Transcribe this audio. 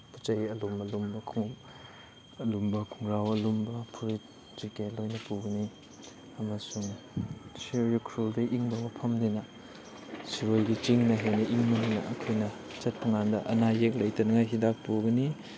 ꯄꯣꯠ ꯆꯩ ꯑꯂꯨꯝ ꯑꯂꯨꯝꯕ ꯈꯨꯃꯨꯛ ꯑꯂꯨꯝꯕ ꯈꯣꯡꯒ꯭ꯔꯥꯎ ꯑꯂꯨꯝꯕ ꯐꯨꯔꯤꯠ ꯖꯦꯛꯀꯦꯠ ꯂꯣꯏꯅ ꯄꯨꯒꯅꯤ ꯑꯃꯁꯨꯡ ꯁꯤꯔꯣꯏ ꯎꯈ꯭ꯔꯨꯜꯗꯤ ꯏꯪꯕ ꯃꯐꯝꯅꯤꯅ ꯁꯤꯔꯣꯏꯒꯤ ꯆꯤꯡꯅ ꯍꯦꯟꯅ ꯏꯪꯕꯅꯤꯅ ꯑꯩꯈꯣꯏꯅ ꯆꯠꯄꯀꯥꯟꯗ ꯑꯅꯥ ꯑꯌꯦꯛ ꯂꯩꯇꯅꯤꯡꯉꯥꯏ ꯍꯤꯗꯥꯛ ꯄꯨꯒꯅꯤ